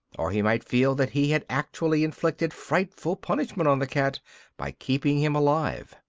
or he might feel that he had actually inflicted frightful punishment on the cat by keeping him alive.